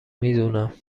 میدونم